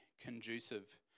conducive